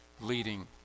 leading